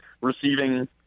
receiving